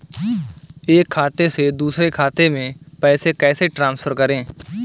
एक खाते से दूसरे खाते में पैसे कैसे ट्रांसफर करें?